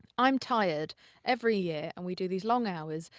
i'm tired every year, and we do these long hours.